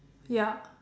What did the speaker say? yup